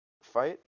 fight